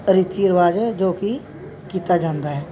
ਰੀਤੀ ਰਿਵਾਜ਼ ਜੋ ਕਿ ਕੀਤਾ ਜਾਂਦਾ ਹੈ